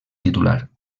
titular